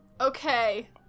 okay